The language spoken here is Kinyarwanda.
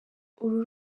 uru